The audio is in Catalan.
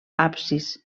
absis